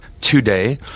today